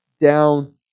down